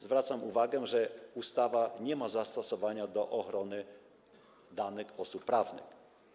Zwracam uwagę, że ustawa nie ma zastosowania do ochrony danych osób prawnych.